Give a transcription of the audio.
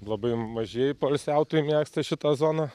labai mažieji poilsiautojai mėgsta šitą zoną